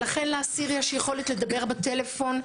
לכן לאסיר יש יכולת לדבר בטלפון.